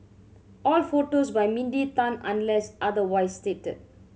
all photos by Mindy Tan unless otherwise stated